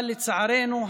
אבל לצערנו,